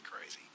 crazy